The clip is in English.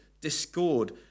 discord